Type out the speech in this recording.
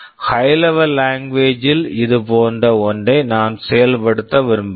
high level language high level language ல் இது போன்ற ஒன்றை நான் செயல்படுத்த விரும்புகிறேன்